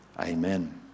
amen